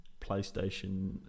playstation